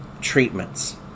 treatments